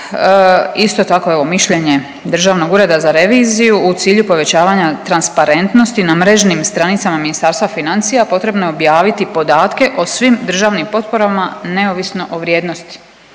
isto tako, evo mišljenje Državnog ureda za reviziju, u cilju povećavanja transparentnosti na mrežnim stranicama Ministarstva financija potrebno je objaviti podatke o svim državnim potporama neovisno o vrijednosti,